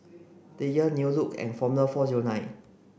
Dreyers New Look and Formula four zero nine